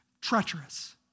treacherous